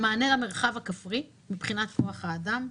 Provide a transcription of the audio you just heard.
יש את המענה למרחב הכפרי מבחינת כוח האדם.